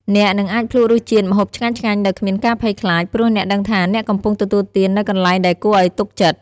អ្នកនឹងអាចភ្លក្សរសជាតិម្ហូបឆ្ងាញ់ៗដោយគ្មានការភ័យខ្លាច ព្រោះអ្នកដឹងថាអ្នកកំពុងទទួលទាននៅកន្លែងដែលគួរឱ្យទុកចិត្ត។